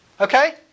Okay